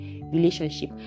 relationship